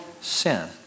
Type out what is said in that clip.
sin